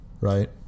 right